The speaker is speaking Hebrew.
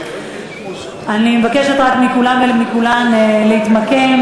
אני מבקשת מכולם ומכולן להתמקם.